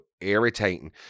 irritating